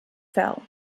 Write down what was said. fell